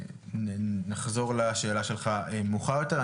נחזור לשאלה שלך מאוחר יותר.